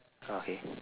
okay